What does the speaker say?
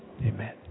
Amen